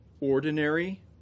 ordinary